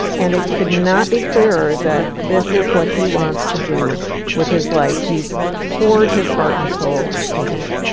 and it could not be clearer that this is what he wants to do with his life. he's poured his heart and soul into it.